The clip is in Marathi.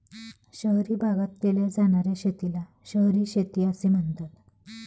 शहरी भागात केल्या जाणार्या शेतीला शहरी शेती असे म्हणतात